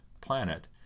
planet